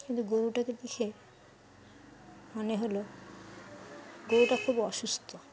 কিন্তু গরুটাকে দেখে মনে হলো গরুটা খুব অসুস্থ